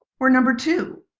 or number two?